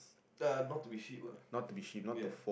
uh not to be sheep ah ya